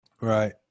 Right